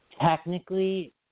Technically